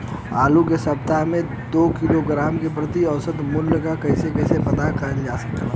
आलू के सप्ताह में दो किलोग्राम क प्रति औसत मूल्य क कैसे पता करल जा सकेला?